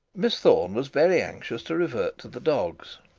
miss thorne was very anxious to revert to the dogs.